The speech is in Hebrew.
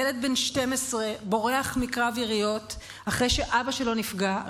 ילד בן 12 בורח מקרב יריות אחרי שאבא שלו נפגע,